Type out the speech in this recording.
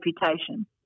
reputation